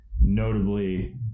notably